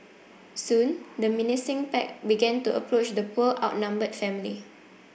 soon the menacing pack began to approach the poor outnumbered family